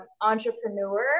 entrepreneur